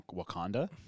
Wakanda